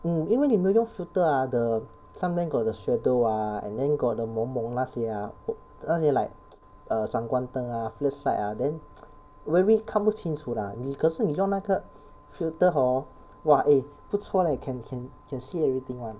hmm 因为你没有用 filter ah the 上面 got the shadow ah and then got the 蒙蒙那些 ah 那些 like err 闪光灯 ah flashlight ah then very 看不清楚 lah 你可是你用那个 filter hor !wah! eh 不错 leh can can can see everything [one]